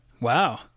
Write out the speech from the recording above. Wow